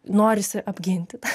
norisi apginti tą